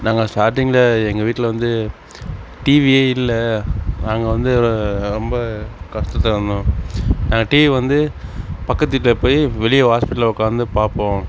நாங்கள் ஸ்டார்டிங்கில் எங்கள் வீட்டில் வந்து டிவியே இல்லை நாங்கள் வந்து ஒரு ரொம்ப கஷ்டத்தில் இருந்தோம் நாங்கள் டிவி வந்து பக்கத்து வீட்டில் போய் வெளியே வாசல்படியில உக்காந்து பார்ப்போம்